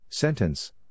Sentence